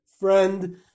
friend